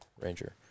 Ranger